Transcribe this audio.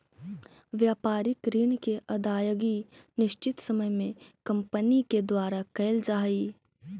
व्यापारिक ऋण के अदायगी निश्चित समय में कंपनी के द्वारा कैल जा हई